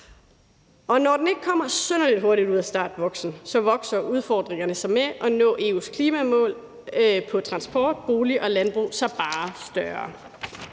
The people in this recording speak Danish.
når den ikke kommer synderlig hurtigt ud af startboksen, vokser udfordringerne med at nå EU's klimamål for transport, boliger og landbrug sig bare større.